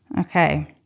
Okay